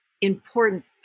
important